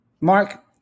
Mark